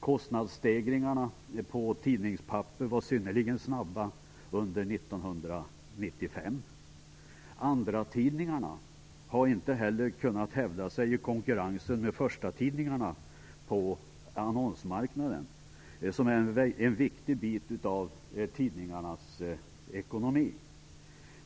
Kostnadsstegringarna på tidningspapper var synnerligen snabba under 1995. Andratidningarna har inte heller kunnat hävda sig i konkurrensen med förstatidningarna på annonsmarknaden. Den är en viktig bit av tidningarnas ekonomi.